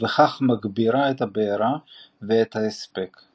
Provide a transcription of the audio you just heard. ובכך מגבירה את הבעירה ואת ההספק.